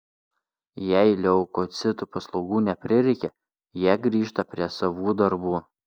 jei leukocitų paslaugų neprireikia jie grįžta prie savų darbų